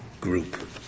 Group